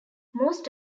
most